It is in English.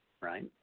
right